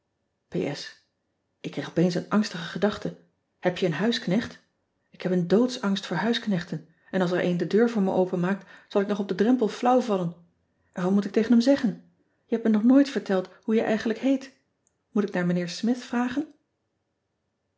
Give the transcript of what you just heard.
k krijg opeens een angstige gedachte eb je een huisknecht k heb een doodsangst voor huisknechten en als er een de deur voor me openmaakt zal ik nog op den drempel flauw vallen n wat moot ik tegen hem zeggen e hebt me nog nooit verteld hoe je eigenlijk heet oet ik naar ijnheer mith vragen